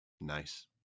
Nice